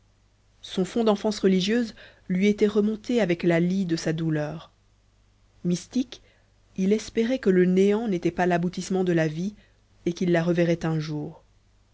son fond d'enfance religieuse lui était remonté avec la lie de sa douleur mystique il espérait que le néant n'était pas l'aboutissement de la vie et qu'il la reverrait un jour